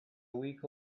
week